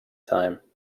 time